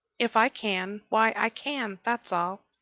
if i can, why, i can that's all.